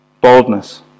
boldness